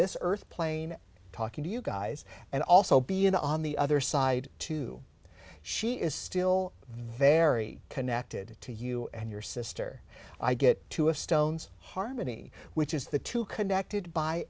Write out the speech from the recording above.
this earth plane talking to you guys and also be in on the other side too she is still very connected to you and your sister i get to a stones harmony which is the two connected by